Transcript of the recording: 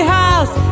house